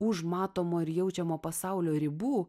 už matomo ir jaučiamo pasaulio ribų